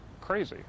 crazy